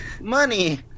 Money